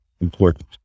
Important